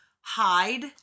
hide